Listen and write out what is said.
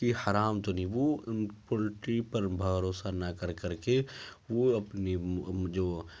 کہ حرام تو پولٹری پر بھروسہ نہ کر کر کے وہ اپنی جو